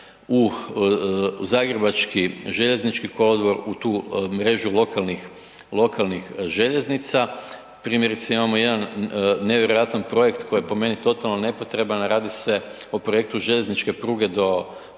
u zagrebački željeznički kolodvor, u tu mrežu lokalnih željeznica, primjerice imamo jedan nevjerojatan projekt koji je po meni totalno nepotreban a radi se projektu željezničke pruge do Plesa